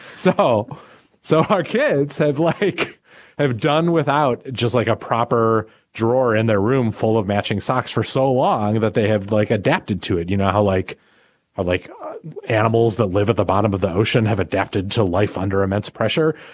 so so our kids have like have done without just like a proper drawer in their room full of matching socks for so long that they have like adapted to it. you know how like i ah like animals that live at the bottom of the ocean have adapted to life under immense pressure.